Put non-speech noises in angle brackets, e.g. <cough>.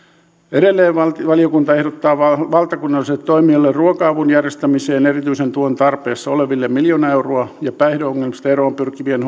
edelleen valiokunta ehdottaa valtakunnallisille toimijoille ruoka avun järjestämiseen erityisen tuen tarpeessa oleville miljoonaa euroa ja päihdeongelmista eroon pyrkivien <unintelligible>